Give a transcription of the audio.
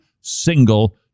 single